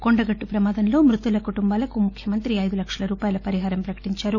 కొండగట్టు ప్రమాదంలో మృతుల కుటుంబాలకు ముఖ్యమంత్రి ఐదు లక్షల రూపాయల పరిహారం ప్రకటించారు